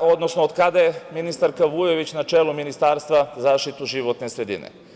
od kada je ministarka Vujović na čelu Ministarstva za zaštitu životne sredine.